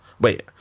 wait